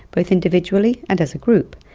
both individually and as a group,